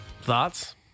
thoughts